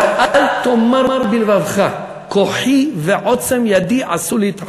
רק אל תאמר בלבבך כוחי ועוצם ידי עשו לי את החיל.